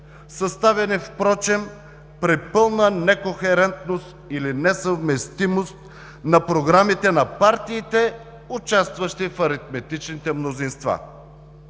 съставяни впрочем при пълна некохерентност или несъвместимост на програмите на партиите, участващи в аритметичните мнозинства.